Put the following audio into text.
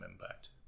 impact